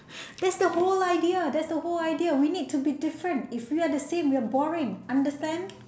that's the whole idea that's the whole idea we need to be different if we are the same we are boring understand